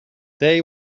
day